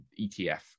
ETF